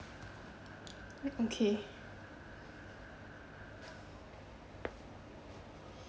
okay